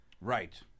Right